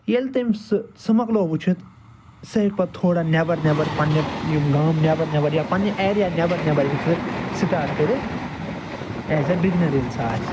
ییٚلہِ تٔمۍ سُہ سُہ مکلوو وٕچھِتھ سُہ ہیٚکہِ پَتہٕ تھوڑا نیٚبَر نیٚبَر پنٛنہِ یِم گام نیٚبر یا پَننہِ ایریا نیٚبر نیٚبر ہیٚکہِ سُہ سٹاٹ کٔرِتھ ایز اَ بِگنَر ییٚلہِ سُہ آسہِ